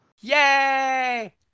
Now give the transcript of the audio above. Yay